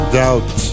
doubt